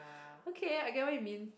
okay I get what you mean